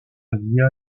via